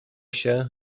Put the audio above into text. się